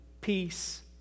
Peace